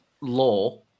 Law